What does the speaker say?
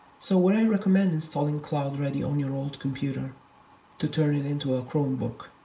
so would i recommend installing cloudready on your old computer to turn it into a chromebook?